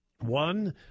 one